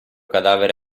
cadavere